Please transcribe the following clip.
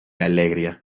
alegría